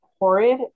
Horrid